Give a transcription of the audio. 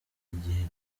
igihe